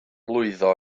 lwyddo